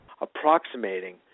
approximating